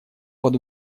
под